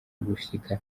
gushika